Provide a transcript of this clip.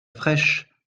fraîche